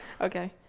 Okay